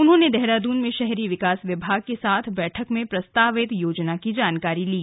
उन्होंने देहरादून में शहरी विकास विभाग के साथ बैठक में प्रस्तावित योजना की जानकारी ली